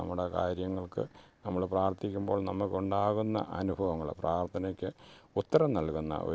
കാര്യങ്ങൾക്ക് നമ്മൾ പ്രാർത്ഥിക്കുമ്പോൾ നമുക്കുണ്ടാകുന്ന അനുഭവങ്ങൾ പ്രാർത്ഥനയ്ക്ക് ഉത്തരം നൽകുന്ന ഒരു